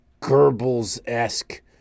Goebbels-esque